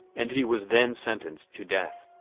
and he was then sentenced to death.